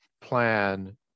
plan